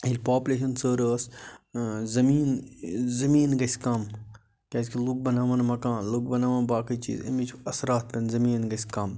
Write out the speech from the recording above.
ییٚلہِ پاپلیشن ژٔر ٲسۍ زٔمیٖن زٔمیٖن گَژھِ کَم کیٛازِ کہِ لوٗکھ بَناوان مَکان لوٗکھ بَناوان باقٕے چیٖز اَمِچ اثرات پٮ۪ن زٔمیٖن گَژھِ کَم